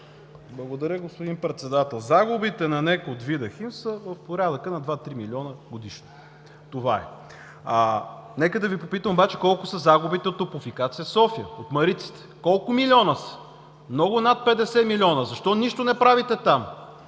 Благодаря, господин Председател. Загубите на НЕК от „Видахим“ са от порядъка на 2-3 милиона годишно – това е. Нека да Ви попитам обаче колко са загубите от „Топлофикация София“, от „Мариците“? Колко милиона са? Много над 50 милиона? Защо нищо не правите там,